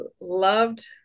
loved